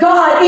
God